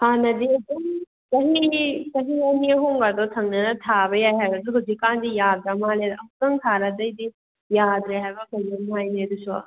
ꯍꯥꯟꯅꯗꯤ ꯑꯗꯨꯝ ꯆꯍꯤ ꯆꯍꯤ ꯑꯅꯤ ꯑꯍꯨꯝꯒ ꯑꯗꯨꯝ ꯊꯪꯅꯅ ꯊꯥꯕ ꯌꯥꯏ ꯍꯥꯏꯕꯅꯦ ꯑꯗꯨꯒ ꯍꯧꯖꯤꯛ ꯀꯥꯟꯗꯤ ꯌꯥꯗ꯭ꯔ ꯃꯜꯂꯦꯗ ꯑꯝꯇꯪ ꯊꯥꯕꯗꯩꯗꯤ ꯌꯥꯗ꯭ꯔꯦ ꯍꯥꯏꯕ꯭ꯔꯥ ꯀꯩꯅꯣꯝ ꯍꯥꯏꯅꯦ ꯑꯗꯁꯨ